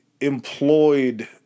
employed